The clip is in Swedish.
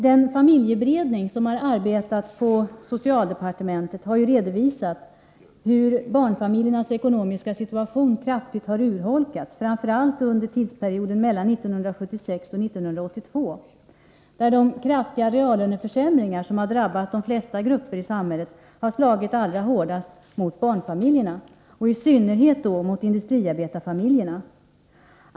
Den familjeberedning som har arbetat på socialdepartementet har redovisat hur barnfamiljernas ekonomiska situation kraftigt har urholkats, framför allt under tidsperioden mellan 1976 och 1982. De kraftiga reallöneförsämringar som har drabbat de flesta grupper i samhället har slagit allra hårdast mot barnfamiljerna, i synnerhet mot industriarbetarfamiljerna.